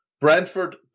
Brentford